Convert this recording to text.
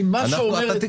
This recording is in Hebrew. אני לא מחזיר.